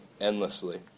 endlessly